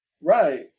Right